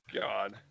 God